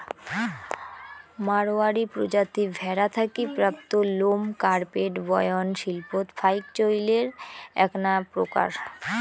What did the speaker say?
মাড়ওয়ারী প্রজাতি ভ্যাড়া থাকি প্রাপ্ত লোম কার্পেট বয়ন শিল্পত ফাইক চইলের এ্যাকনা প্রকার